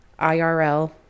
IRL